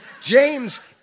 James